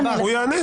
הוא יענה.